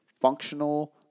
functional